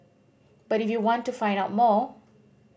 but if you want to find out more